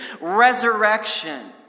resurrection